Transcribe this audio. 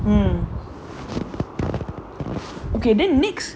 mmhmm okay then next